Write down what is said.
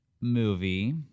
movie